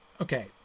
Okay